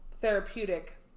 therapeutic